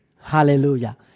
Hallelujah